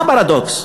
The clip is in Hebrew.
מה הפרדוקס?